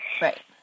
Right